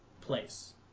place